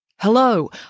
Hello